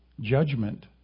judgment